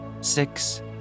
six